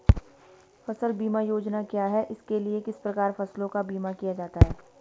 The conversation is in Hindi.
फ़सल बीमा योजना क्या है इसके लिए किस प्रकार फसलों का बीमा किया जाता है?